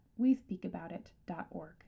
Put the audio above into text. wespeakaboutit.org